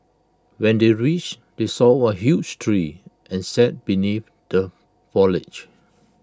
when they reached they saw A huge tree and sat beneath the foliage